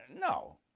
No